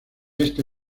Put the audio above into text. este